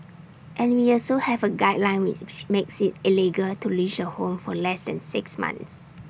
and we also have A guideline which makes IT illegal to lease A home for less than six months